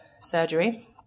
surgery